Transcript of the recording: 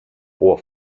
που